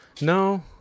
No